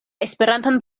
esperantan